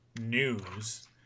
news